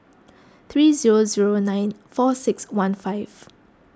three zero zero nine four six one five